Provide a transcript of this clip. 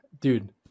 dude